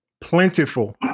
plentiful